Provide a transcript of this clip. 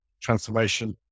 transformation